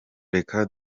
reka